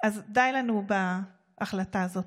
אז די לנו בהחלטה הזאת.